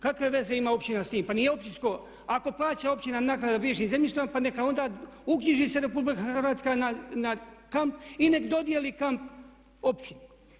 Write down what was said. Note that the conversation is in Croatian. Kakve veze ima općina s tim, pa nije općinsko, ako plaća općina naknada bivšim zemljištima pa neka onda uknjiži se RH na kamp i nek dodjeli kamp općini.